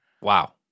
Wow